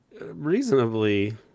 reasonably